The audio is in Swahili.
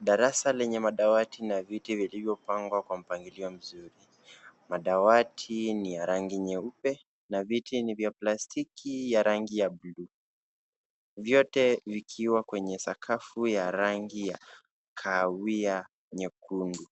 Darasa lenye madawati na viti vilivyopangwa kwa mpangilio mzuri . Madawati ni ya rangi nyeupe na viti ni vya plastiki ya rangi ya buluu, vyote vikiwa kwenye sakafu ya rangi ya kahawia nyekundu.